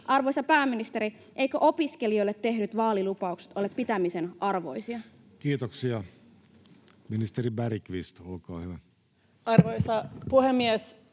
Arvoisa pääministeri, eivätkö opiskelijoille tehdyt vaalilupaukset ole pitämisen arvoisia? Kiitoksia. — Ministeri Bergqvist, olkaa hyvä. Arvoisa puhemies!